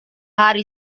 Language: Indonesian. hari